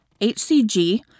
HCG